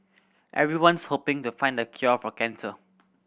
everyone's hoping to find the cure for cancer